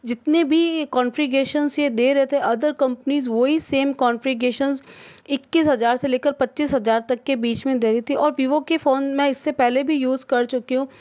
जितने भी कंफीग्रेशन यह दे रहे थे अदर कम्पनीज़ वही सेम कंफीग्रेशन्स ईक्कीस हज़ार से लेकर पच्चीस हज़ार तक के बीच में दे रही थी और विवो के फ़ोन मैं इससे पहले भी यूज़ कर चुकी हूँ